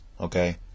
okay